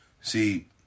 See